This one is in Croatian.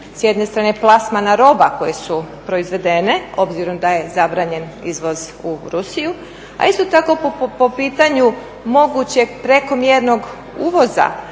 s jedne strane plasmana roba koje su proizvedene obzirom da je zabranjen izvoz u Rusiju. A isto tako po pitanju mogućeg prekomjernog uvoza,